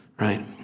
Right